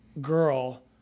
girl